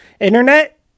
Internet